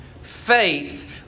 Faith